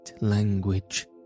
language